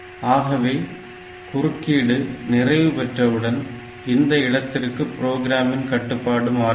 ஆகவே குறுக்கீடு நிறைவு பெற்றவுடன் இந்த இடத்திற்கு புரோகிராமின் கட்டுப்பாடு மாறுகிறது